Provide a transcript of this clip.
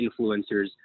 influencers